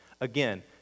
Again